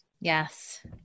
Yes